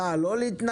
טל, לא להתנגח.